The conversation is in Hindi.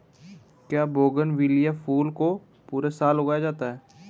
क्या बोगनविलिया फूल को पूरे साल उगाया जा सकता है?